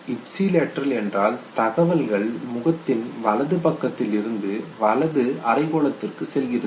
ipsilateral என்றால் தகவல்கள் முகத்தின் வலது பக்கத்தில் இருந்து வலது அரைக்கோளத்திற்கு செல்கிறது